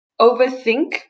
overthink